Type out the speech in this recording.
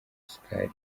isukari